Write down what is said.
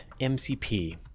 MCP